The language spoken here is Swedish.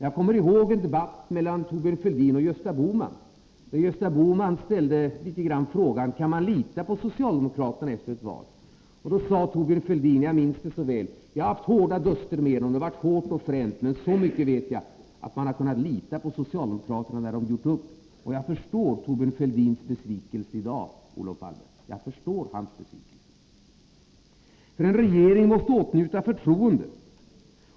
Jag kommer ihåg en debatt mellan Thorbjörn Fälldin och Gösta Bohman, där Gösta Bohman ställde frågan: Kan man lita på socialdemokraterna efter ett val? Då sade Thorbjörn Fälldin — jag minns det så väl: Jag har haft hårda duster med dem. Det har varit hårt och fränt, men så mycket vet jag att man har kunnat lita på socialdemokraterna när de har gjort upp. Jag förstår Thorbjörn Fälldins besvikelse i dag, Olof Palme. En regering måste åtnjuta förtroende.